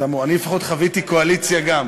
אני לפחות חוויתי גם קואליציה.